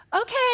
Okay